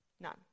None